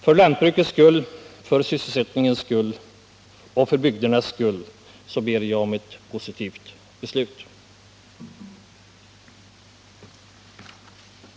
För lantbrukets skull, för sysselsättningens skull och för bygdernas skull ber jag om ett positivt beslut.